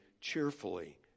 cheerfully